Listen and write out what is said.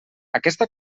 aquesta